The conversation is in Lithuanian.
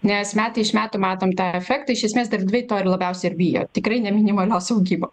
nes metai iš metų matom tą efektą iš esmės dar dvi to labiausiai ir bijo tikrai ne minimalios augimo